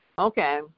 Okay